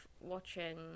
watching